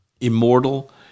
immortal